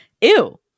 Ew